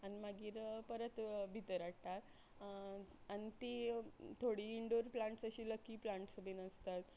आनी मागीर परत भितर हाडटात आनी ती थोडी इन्डोर प्लांट्स अशी लकी प्लांट्स बीन आसतात